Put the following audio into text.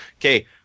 Okay